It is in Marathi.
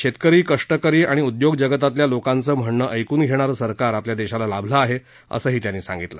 शेतकरी कष्टकरी आणि उद्योग जगतातल्या लोकांचं म्हणणं ऐकून घेणारं सरकार आपल्या देशाला लाभलं आहे असं ते म्हणाले